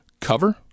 cover